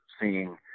seeing